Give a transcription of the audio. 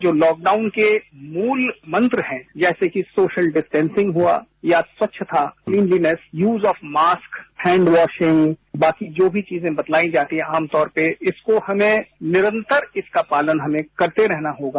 जो लॉकडाउन के मुल मंत्र हैं जैसे की सोशल डिस्टॅसिंग हआ या स्वच्छता क्लीनीनेश यूज ऑफ मास्क है हेंड वासिंग बाकि जो भी चीजें बताई जाती है आमतौर पर इसको हमें निरंतर इसका पालन हमें करते रहना होगा